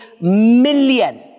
million